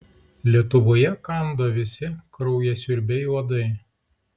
lietuvoje kanda visi kraujasiurbiai uodai